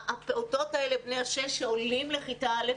הפעוטות האלה בני השש שעולים לכיתה א',